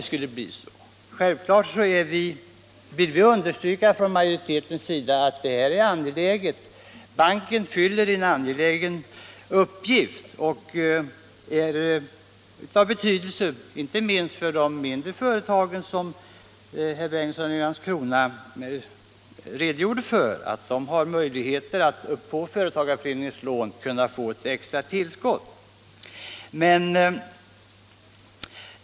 Självfallet vill vi i utskottsmajoriteten understryka att banken fyller en angelägen uppgift av betydelse inte minst för de mindre företagen. Dessa har, som herr Bengtsson i Landskrona redogjorde för, möjligheter att bygga på företagarföreningarnas lån och ge ett extra tillskott.